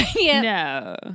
no